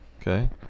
Okay